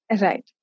Right